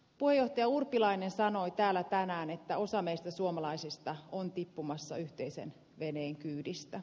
pojat ja urpilainen sanoi täällä tänään että osa meistä suomalaisista on tippumassa yhteisen veneen kyydistä